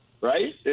right